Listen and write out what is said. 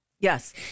Yes